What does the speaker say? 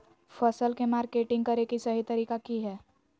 फसल के मार्केटिंग करें कि सही तरीका की हय?